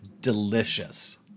Delicious